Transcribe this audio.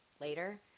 later